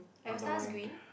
are your stars green